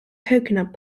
coconut